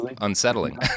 unsettling